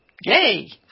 yay